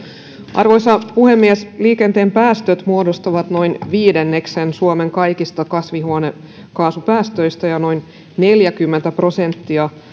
arvoisa puhemies liikenteen päästöt muodostavat noin viidenneksen suomen kaikista kasvihuonekaasupäästöistä ja noin neljäkymmentä prosenttia